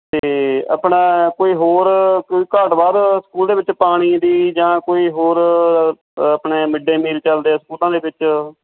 ਅਤੇ ਆਪਣਾ ਕੋਈ ਹੋਰ ਕੋਈ ਘਾਟ ਵਾਧ ਸਕੂਲ ਦੇ ਵਿੱਚ ਪਾਣੀ ਦੀ ਜਾਂ ਕੋਈ ਹੋਰ ਆਪਣੇ ਅ ਮਿੱਡੇ ਮੀਲ ਚੱਲਦੇ ਆ ਸਕੂਲਾਂ ਦੇ ਵਿੱਚ